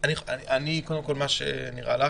מה שנראה לך.